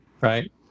right